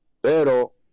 Pero